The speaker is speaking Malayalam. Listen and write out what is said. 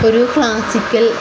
ഒരു ക്ലാസിക്കൽ